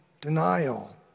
denial